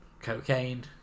cocaine